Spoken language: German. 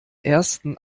ersten